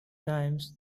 times